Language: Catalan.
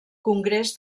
congrés